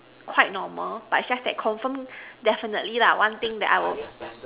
quite normal but it's just that confirm definitely lah one thing that I will